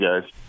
guys